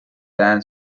than